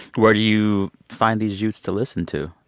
where do you find these youths to listen to?